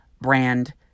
brand